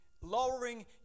lowering